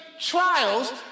trials